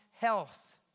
health